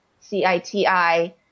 C-I-T-I